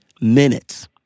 minutes